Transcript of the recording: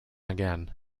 again